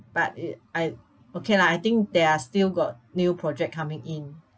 but it I okay lah I think there are still got new project coming in